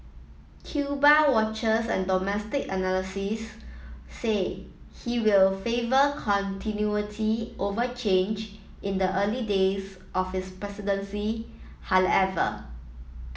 Cuba watchers and domestic analysis say he will favour continuity over change in the early days of his presidency however